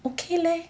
okay leh